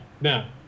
Now